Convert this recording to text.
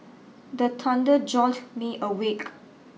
the thunder jolt me awake